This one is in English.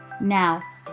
Now